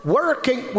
working